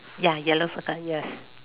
ya yellow circle yes